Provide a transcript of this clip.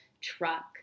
truck